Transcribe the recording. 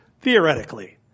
Theoretically